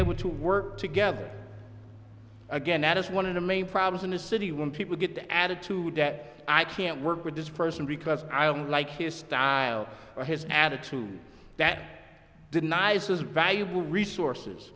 able to work together again as one of the main problems in a city when people get the attitude that i can't work with this person because i don't like his style or his attitude that denies this valuable resources